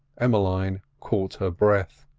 emmeline caught her breath.